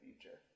future